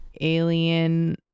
alien